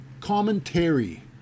commentary